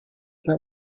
that